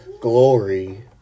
Glory